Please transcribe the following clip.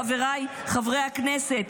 חבריי חברי הכנסת,